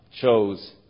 chose